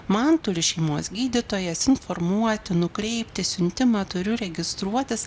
man turi šeimos gydytojas informuoti nukreipti siuntimą turiu registruotis